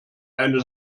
eine